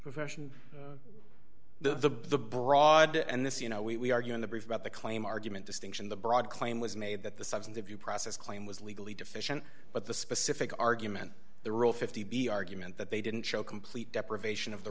profession the broad and this you know we argue in the brief about the claim argument distinction the broad claim was made that the substantive you process claim was legally deficient but the specific argument the rule fifty b argument that they didn't show complete deprivation of the